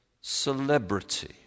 celebrity